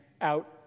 out